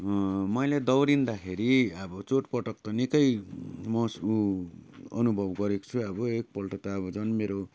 मैले दौडिँदाखेरि अब चोटपटक त निकै मसउ अनुभव गरेको छु अब एकपल्ट त अनि अब झन् मेरो